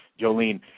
Jolene